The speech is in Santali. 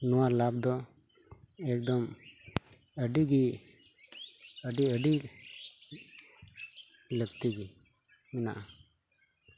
ᱱᱚᱣᱟ ᱞᱟᱵᱷ ᱫᱚ ᱮᱠᱫᱚᱢ ᱟᱹᱰᱤᱜᱮ ᱟᱹᱰᱤ ᱟᱹᱰᱤ ᱞᱟᱹᱠᱛᱤ ᱜᱮ ᱢᱮᱱᱟᱜᱼᱟ